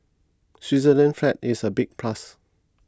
Switzerland's flag is a big plus